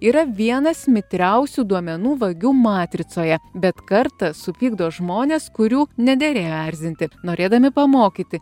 yra vienas mitriausių duomenų vagių matricoje bet kartą supykdo žmones kurių nederėjo erzinti norėdami pamokyti